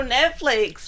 Netflix